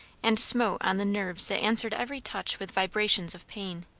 and smote on the nerves that answered every touch with vibrations of pain.